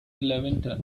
levanter